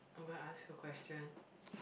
I'm gonna ask you a question